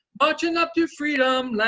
marching up to freedom land.